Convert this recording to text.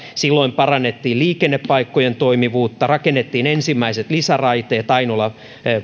silloin parannettiin liikennepaikkojen toimivuutta rakennettiin ensimmäiset lisäraiteet ainola